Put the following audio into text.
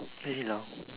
very long